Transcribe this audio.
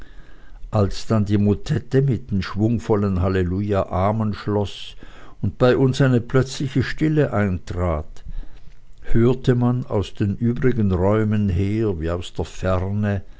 als dann die motette mit dem schwungvollen halleluja amen schloß und bei uns eine plötzliche stille eintrat hörte man aus den übrigen räumen her wie aus der ferne